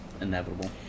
inevitable